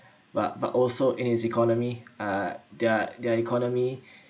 but but also in its economy uh their their economy